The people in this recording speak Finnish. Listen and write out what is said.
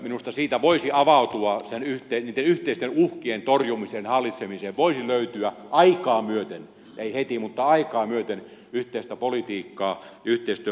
minusta siitä voisi avautua ja niitten yhteisten uhkien torjumisen hallitsemiseen voisi löytyä aikaa myöten ei heti mutta aikaa myöten yhteistä politiikkaa yhteistyömahdollisuuksia